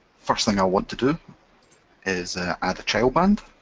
first thing i want to do is add a child band.